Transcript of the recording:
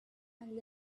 and